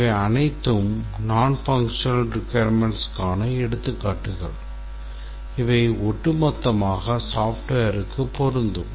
இவை அனைத்தும் nonfunctional requirementsக்கான எடுத்துக்காட்டுகள் இவை ஒட்டுமொத்தமாக softwareக்கு பொருந்தும்